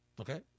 Okay